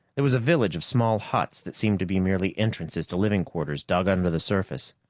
there was a village of small huts that seemed to be merely entrances to living quarters dug under the surface.